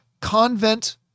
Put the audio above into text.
Convent